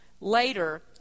later